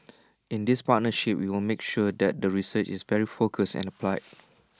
in this partnership we will make sure that the research is very focused and applied